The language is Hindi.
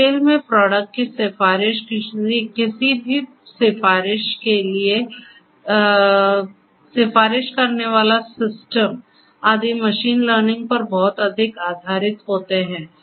रिटेल मैं प्रोडक्ट की सिफारिश किसी भी सिफारिश के लिए सिफारिश करने वाले सिस्टम आदि मशीन लर्निंग पर बहुत अधिक आधारित होते हैं